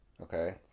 Okay